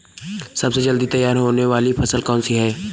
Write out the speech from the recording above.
सबसे जल्दी तैयार होने वाली फसल कौन सी है?